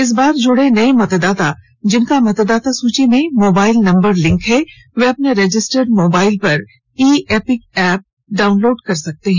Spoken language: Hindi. इस बार जुड़े नये मतदाता जिनका मतदाता सूची में मोबाइल नंबर लिंक है वे अपने रजिस्टर्ड मोबाइल पर ई इपीक एप डाउनलोड कर सकते हैं